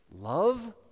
love